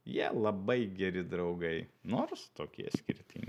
jie labai geri draugai nors tokie skirtingi